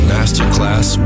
Masterclass